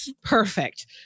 Perfect